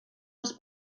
els